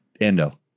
endo